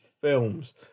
films